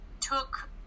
took